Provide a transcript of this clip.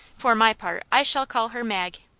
for my part i shall call her mag.